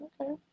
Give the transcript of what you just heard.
Okay